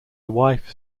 wife